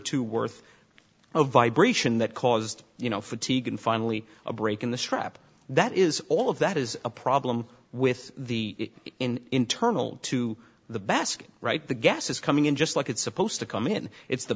two worth of vibration that caused you know fatigue and finally a break in the strap that is all of that is a problem with the internal to the basket right the gas is coming in just like it's supposed to come in it's the